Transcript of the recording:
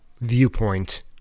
viewpoint